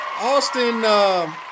Austin